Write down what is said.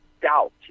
doubt